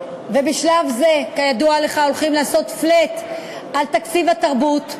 ובשלב זה כידוע לך הולכים לעשות flat על תקציב התרבות,